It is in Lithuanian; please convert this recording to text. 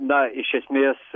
na iš esmės